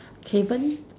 caven